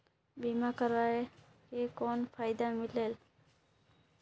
बीमा करवाय के कौन फाइदा मिलेल?